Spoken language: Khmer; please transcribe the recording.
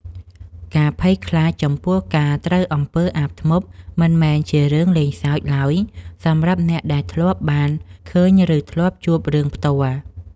ការភ័យខ្លាចចំពោះការត្រូវអំពើអាបធ្មប់មិនមែនជារឿងលេងសើចឡើយសម្រាប់អ្នកដែលធ្លាប់បានឃើញឬធ្លាប់ជួបរឿងផ្ទាល់។